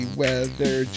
weather